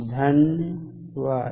धन्यवाद